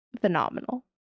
phenomenal